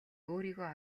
өөрийгөө